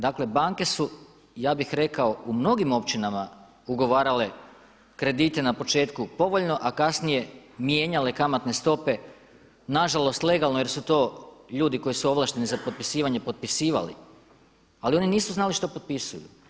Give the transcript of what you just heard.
Dakle banke su, ja bih rekao u mnogim općinama ugovarale kredite na početku povoljno a kasnije mijenjale kamatne stope nažalost legalno jer su to ljudi koji su ovlašteni za potpisivanje potpisivali ali oni nisu znali što potpisuju.